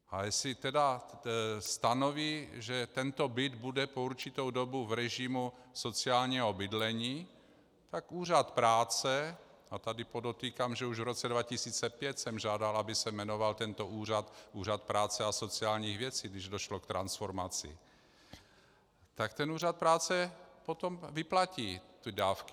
A jestli stanoví, že tento byt bude po určitou dobu v režimu sociálního bydlení, tak Úřad práce, a tady podotýkám, že už v roce 2005 jsem žádal, aby se jmenoval tento úřad Úřad práce a sociálních věcí, když došlo k transformaci, tak ten Úřad práce potom vyplatí ty dávky.